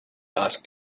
asked